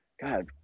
God